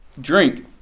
drink